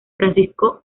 francisco